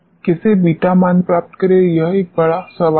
कैसे बीटा मान प्राप्त करें यह एक बड़ा सवाल है